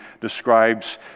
describes